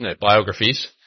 biographies